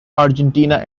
argentina